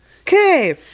Okay